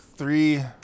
Three